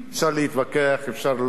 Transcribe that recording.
אפשר להתווכח, אפשר לא.